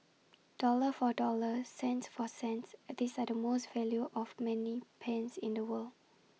dollar for dollar cent for cent these are the most value of money pens in the world